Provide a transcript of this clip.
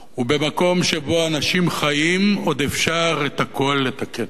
ובמקום שבו אנשים חיים עוד אפשר את הכול לתקן.